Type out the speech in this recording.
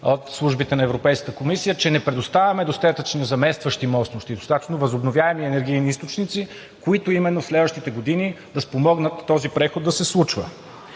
от службите на Европейската комисия, че не предоставяме достатъчно заместващи мощности, достатъчно възобновяеми енергийни източници, които именно следващите години да спомогнат този преход да се случва.